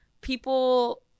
people